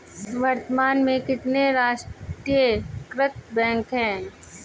वर्तमान में कितने राष्ट्रीयकृत बैंक है?